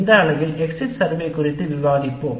இந்த பிரிவில் exit survey குறித்து விவாதிப்போம்